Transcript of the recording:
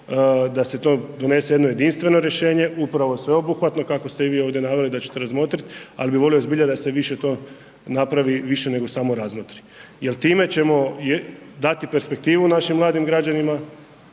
da se tu donese jedno jedinstveno rješenje, upravo sveobuhvatno kako ste i vi ovdje naveli da ćete razmotriti ali bi volio zbilja se više to napraviti više nego samo razmotri jer time ćemo dati perspektivu našim mladim građanima